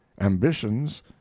ambitions